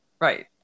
Right